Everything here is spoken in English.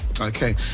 Okay